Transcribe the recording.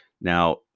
Now